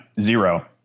zero